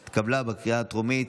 טכנאי,